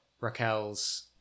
Raquel's